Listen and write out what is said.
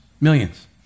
millions